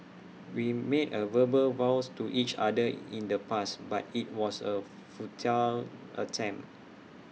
we made A verbal vows to each other in the past but IT was A futile attempt